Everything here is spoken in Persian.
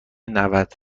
نود